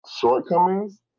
shortcomings